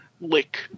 lick